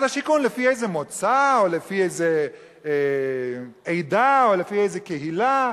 השיכון לפי איזה מוצא או לפי איזה עדה או לפי איזה קהילה.